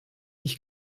ich